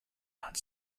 not